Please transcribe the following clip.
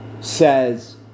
says